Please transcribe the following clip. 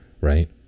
Right